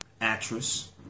actress